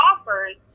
offers